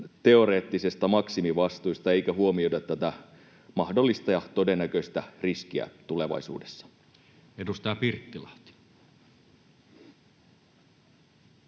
teoreettisista maksimivastuista eikä huomioida tätä mahdollista ja todennäköistä riskiä tulevaisuudessa. [Speech 120] Speaker: